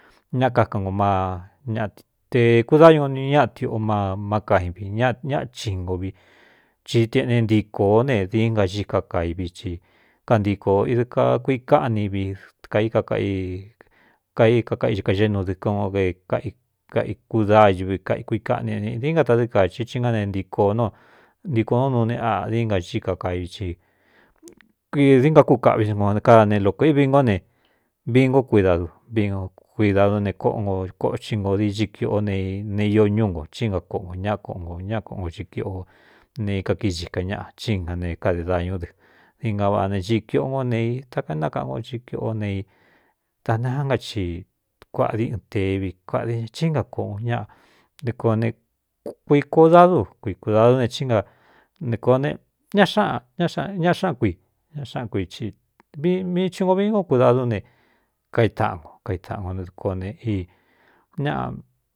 Ñaꞌa kákan nko ma ñate kudáñu n ñaꞌatiꞌo ma má kain vi ñaꞌa chingo vi ci teꞌne ntíkō ne dinga xii ka kai vií ci kantiko idɨ kakui káꞌni vi kaíkaíkakaꞌixikaxé nu dɨ kono kaikúdáaꞌv kaikui káꞌni ne di ngatadɨ́ kāchi i ná ne ntiko no ntiko nóu nuu ne a dinai ka kai vi idi nkakú kaꞌvi snkokada ne lokō ívi ngó ne vii ngó kuidadu vií no kuidadú ne koꞌo no kochi nko di ci kiꞌó nei ne io ñú nko chí inga koꞌon ñáa koꞌo nkō ñá koꞌon ko xiꞌi kiꞌo ne ikakíi xika ñaꞌa chínga ne kade dañú dɨ dinga vaꞌa ne cii kiꞌo nkó neei takaéntákaꞌan ko í kiꞌó ne i da neá kaci kuāꞌa di ɨn tevi kuāꞌadi ña hínga koꞌon ñaꞌa dɨ koo nekuiko dadu kui kudadú ne tsí na ne kōo ne ñaꞌa xáꞌan kui ña xáꞌan kui i mii thinko vi nko kuidadún ne kaitaꞌan nko kaitaꞌan ko ne dɨ ko ne ñaꞌa.